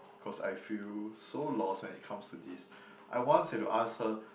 cause I feel so lost when it comes to this I once had to ask her